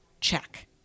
check